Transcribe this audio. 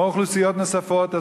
כמו אוכלוסיות נוספות,